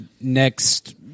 next